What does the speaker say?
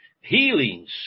Healings